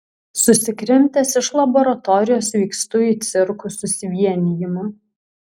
susikrimtęs iš laboratorijos vykstu į cirkų susivienijimą